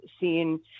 seen